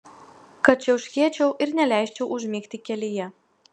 kad čiauškėčiau ir neleisčiau užmigti kelyje